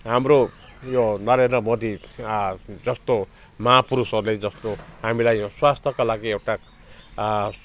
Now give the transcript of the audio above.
हाम्रो यो नरेन्द्र मोदी जस्तो महापुरुषहरूले जस्तो हामीलाई स्वस्थका लागि एउटा